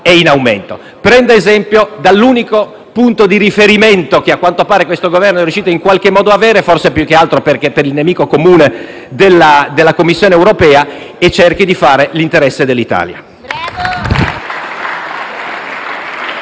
è in aumento. Prenda esempio dall'unico punto di riferimento che - a quanto pare - questo Governo è riuscito in qualche modo ad avere, forse più che altro per via del nemico comune che è la Commissione europea, e cerchi di fare l'interesse dell'Italia.